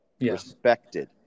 Respected